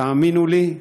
תאמינו לי,